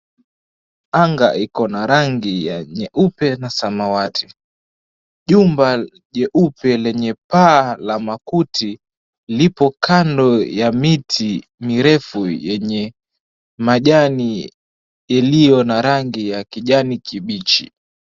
Anga iko na rangi ya nyeupe na samawati. Jumba jeupe lenye paa la makuti lipo kando ya miti mirefu yenye majani iliyo na rangi ya kijani kibichi.